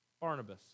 Barnabas